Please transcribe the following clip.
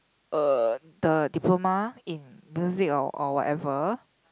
uh the diploma in music or or whatever